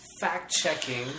fact-checking